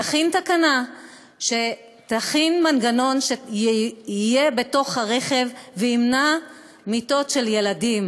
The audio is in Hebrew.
תכין תקנה על מנגנון בתוך הרכב שימנע מיתות של ילדים.